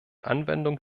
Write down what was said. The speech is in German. anwendung